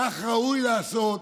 כך ראוי לעשות,